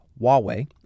Huawei